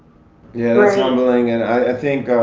yeah that's humbling and i think,